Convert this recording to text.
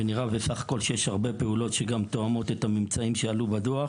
ובסך הכול נראה שיש הרבה פעולות שגם תואמות את הממצאים שעלו בדוח.